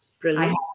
Brilliant